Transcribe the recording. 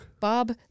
Bob